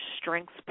strengths